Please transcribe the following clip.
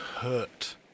hurt